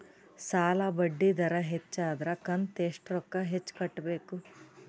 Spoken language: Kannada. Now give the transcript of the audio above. ಸಾಲಾ ಬಡ್ಡಿ ದರ ಹೆಚ್ಚ ಆದ್ರ ಕಂತ ಎಷ್ಟ ರೊಕ್ಕ ಹೆಚ್ಚ ಕಟ್ಟಬೇಕು?